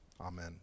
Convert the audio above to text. amen